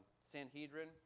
Sanhedrin